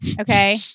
Okay